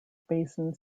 basin